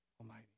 Almighty